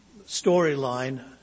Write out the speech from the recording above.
storyline